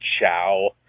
ciao